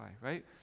right